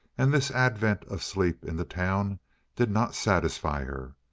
and this advent of sleep in the town did not satisfy her.